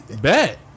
bet